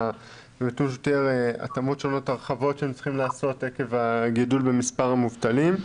יש התאמות שונות והרחבות שהם צריכים לעשות עקב הגידול במספר המובטלים.